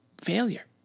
failure